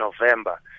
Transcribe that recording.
November